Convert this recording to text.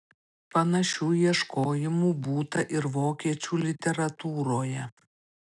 panašių ieškojimų būta ir vokiečių literatūroje